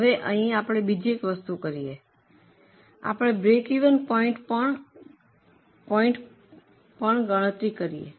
તેથી અહીં આપણે એક બીજી વસ્તુ કરીએ આપણે બ્રેકવેન પોઇન્ટની પણ ગણતરી કરીએ